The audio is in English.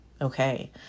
Okay